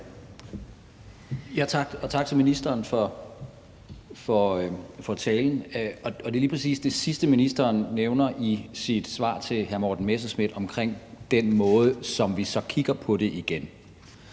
tak til ministeren for talen. Det er jo lige præcis i forhold til det sidste, ministeren nævner i sit svar til hr. Morten Messerschmidt om den måde, hvorpå vi så kigger på det igen,